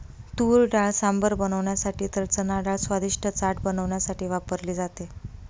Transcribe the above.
तुरडाळ सांबर बनवण्यासाठी तर चनाडाळ स्वादिष्ट चाट बनवण्यासाठी वापरली जाते